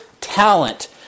talent